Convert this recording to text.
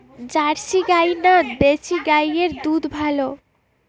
Jersey গাই না দেশী গাইয়ের দুধ ভালো?